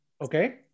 okay